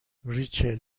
ریچل